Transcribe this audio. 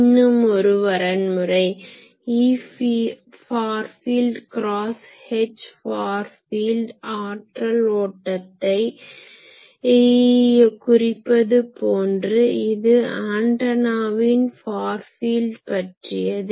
இன்னுமொரு வரன்முறை E far field cross H far field ஆற்றல் ஓட்டத்தை குறிப்பது போன்று இது ஆன்டனாவின் ஃபார் ஃபீல்ட் பற்றியது